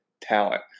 talent